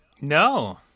No